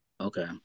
Okay